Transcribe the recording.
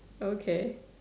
okay